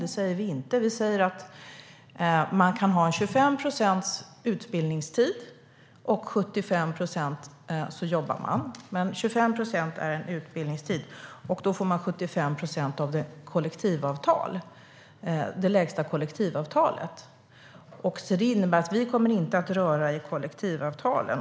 Det gör vi inte. Vi säger att man kan ha 25 procent utbildningstid och jobba 75 procent. 25 procent är alltså utbildningstid, och då får man 75 procent av den lägsta kollektivavtalsenliga lönen. Det innebär att vi inte kommer att röra i kollektivavtalen.